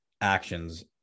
actions